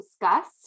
discussed